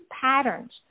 patterns